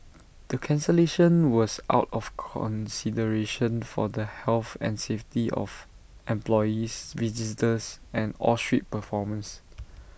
the cancellation was out of consideration for the health and safety of employees visitors and all street performers